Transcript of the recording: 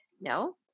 no